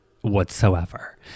whatsoever